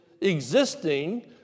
existing